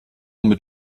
mit